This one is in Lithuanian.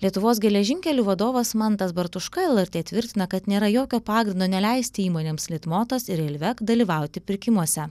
lietuvos geležinkelių vadovas mantas bartuška lrt tvirtina kad nėra jokio pagrindo neleisti įmonėms litmotas ir railvec dalyvauti pirkimuose